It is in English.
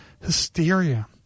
hysteria